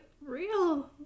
real